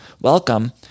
welcome